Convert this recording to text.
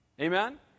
Amen